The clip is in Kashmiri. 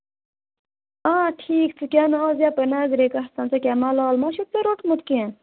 آ ٹھیٖک ژٕ کیٛاہ نہٕ حظ یَپٲرۍ نَظرِکۍ گژھن ژےٚ کیٛاہ مَلال ما چھُکھ ژےٚ روٚٹمُت کیٚنٛہہ